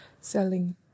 selling